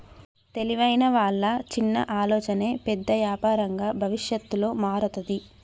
తెలివైన వాళ్ళ చిన్న ఆలోచనే పెద్ద యాపారంగా భవిష్యత్తులో మారతాది